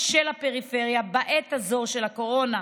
קשה לפריפריה בעת הזאת של הקורונה,